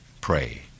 pray